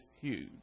huge